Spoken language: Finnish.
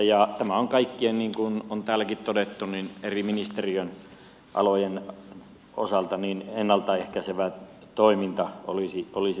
niin kuin on täälläkin on todettu niin kaikkien eri ministeriöiden alojen osalta ennalta ehkäisevä toiminta olisi tervetullutta